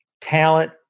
Talent